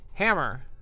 hammer